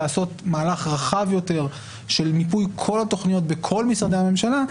לעשות מהלך רחב יותר של מיפוי כל התוכניות בכל משרדי הממשלה,